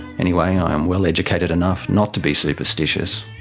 anyway, i am well educated enough not to be superstitious,